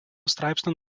straipsnių